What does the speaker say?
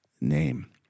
name